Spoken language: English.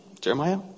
Jeremiah